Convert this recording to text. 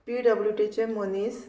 पीडब्ल्यूडीचे मनीस